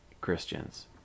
Christians